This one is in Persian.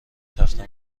تخته